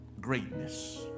greatness